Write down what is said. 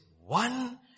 one